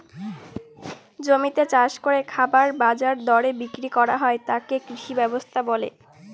জমিতে চাষ করে খাবার বাজার দরে বিক্রি করা হয় তাকে কৃষি ব্যবস্থা বলে